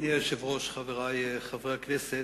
אדוני היושב-ראש, חברי חברי הכנסת,